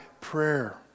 prayer